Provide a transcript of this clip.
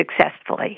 successfully